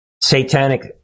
satanic